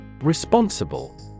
Responsible